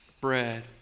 bread